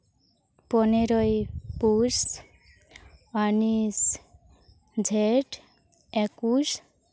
ᱯᱚᱱᱮᱨᱳᱭ ᱯᱩᱥ ᱩᱱᱤᱥ ᱡᱷᱮᱸᱴ ᱮᱠᱩᱥ